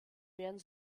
werden